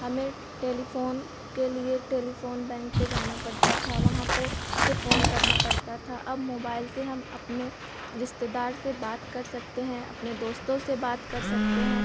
हमें टेलिफ़ोन के लिए टेलिफ़ोन बैंक पर जाना पड़ता था वहाँ पर से फ़ोन करना पड़ता था अब मोबाइल से हम अपने रिश्तेदार से बात कर सकते हैं अपने दोस्तों से बात कर सकते हैं